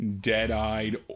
dead-eyed